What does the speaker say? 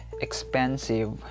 expensive